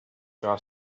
guy